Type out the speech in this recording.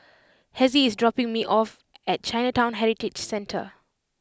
Hezzie is dropping me off at Chinatown Heritage Centre